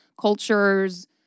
cultures